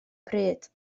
pryd